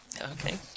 Okay